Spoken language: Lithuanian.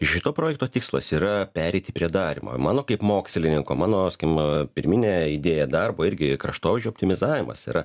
šito projekto tikslas yra pereiti prie darymo ir mano kaip mokslininko mano sakykim pirminė idėją darbo irgi kraštovaizdžio optimizavimas yra